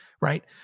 right